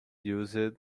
used